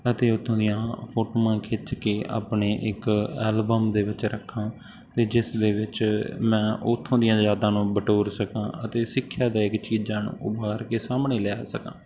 ਅਤੇ ਉੱਥੋਂ ਦੀਆਂ ਫੋਟੋਆਂ ਖਿੱਚ ਕੇ ਆਪਣੇ ਇੱਕ ਐਲਬਮ ਦੇ ਵਿੱਚ ਰੱਖਾਂ ਅਤੇ ਜਿਸ ਦੇ ਵਿੱਚ ਮੈਂ ਉੱਥੋਂ ਦੀਆਂ ਯਾਦਾਂ ਨੂੰ ਬਟੋਰ ਸਕਾਂ ਅਤੇ ਸਿੱਖਿਆ ਦਾਇਕ ਚੀਜ਼ਾਂ ਨੂੰ ਉਭਾਰ ਕੇ ਸਾਹਮਣੇ ਲਿਆ ਸਕਾਂ